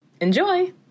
Enjoy